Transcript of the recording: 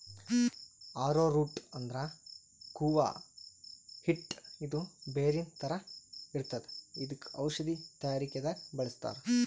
ಆರೊ root ಅಂದ್ರ ಕೂವ ಹಿಟ್ಟ್ ಇದು ಬೇರಿನ್ ಥರ ಇರ್ತದ್ ಇದಕ್ಕ್ ಔಷಧಿ ತಯಾರಿಕೆ ದಾಗ್ ಬಳಸ್ತಾರ್